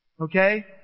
okay